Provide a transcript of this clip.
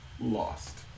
lost